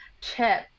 chip